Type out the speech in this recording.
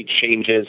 changes